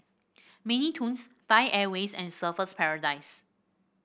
Mini Toons Thai Airways and Surfer's Paradise